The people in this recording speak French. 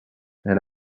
elle